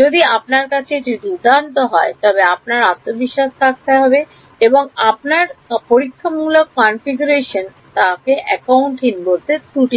যদি আপনার কাছে এটি দুর্দান্ত হয় তবে আপনার আত্মবিশ্বাস থাকতে হবে যে আপনার পরীক্ষামূলক কনফিগারেশনে তাদের অ্যাকাউন্টহীন ত্রুটি নেই